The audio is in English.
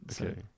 Okay